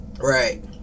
Right